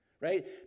Right